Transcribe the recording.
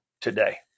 today